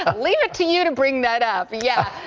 ah leave it to you to bring that up. yeah.